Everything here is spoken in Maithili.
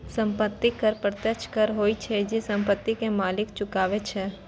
संपत्ति कर प्रत्यक्ष कर होइ छै, जे संपत्ति के मालिक चुकाबै छै